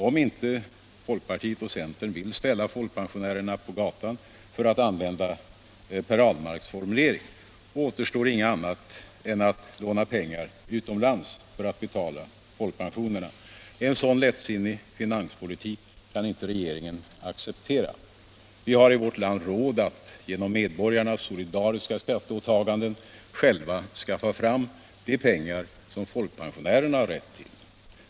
Om inte folkpartiet och centern vill ställa folkpensionärerna på gatan, för att använda Per Ahlmarks formulering, återstår inget annat än att låna pengarna utomlands för att betala folkpensionerna. En sådan lättsinnig finanspolitik kan inte regeringen acceptera. Vi har i vårt land råd att genom medborgarnas solidariska skatteåtaganden själva skaffa fram de pengar som folkpensionärerna har rätt till.